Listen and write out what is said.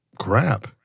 Crap